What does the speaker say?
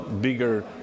bigger